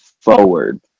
forward